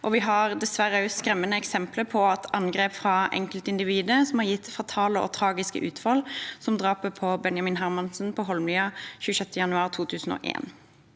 vi har dessverre skremmende eksempler på at angrep fra enkeltindivider har gitt fatale og tragiske utfall, som drapet på Benjamin Hermansen på Holmlia 26. januar 2001.